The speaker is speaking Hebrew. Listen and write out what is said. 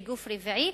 לגוף רביעי,